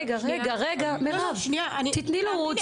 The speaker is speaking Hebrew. רגע, רגע, מירב, תני לו.